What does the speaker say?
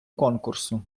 конкурсу